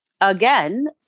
Again